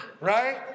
Right